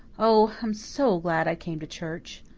oh, i'm so glad i came to church,